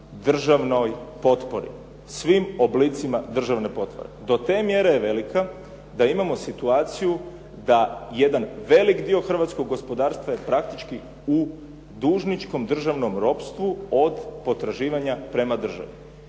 državnoj potpori, svim oblicima državne potpore. Do te mjere je velika da imamo situaciju da jedan veliki dio hrvatskog gospodarstva je praktički u dužničkom državnom ropstvu od potraživanja prema državi.